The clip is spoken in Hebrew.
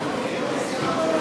בבקשה.